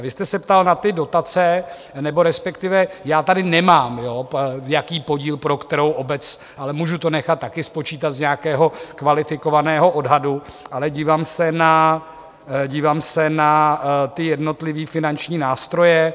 Vy jste se ptal na ty dotace, nebo respektive já tady nemám, jaký podíl pro jakou obec, ale můžu to nechat také spočítat z nějakého kvalifikovaného odhadu, ale dívám se na, dívám se na ty jednotlivé finanční nástroje.